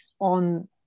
on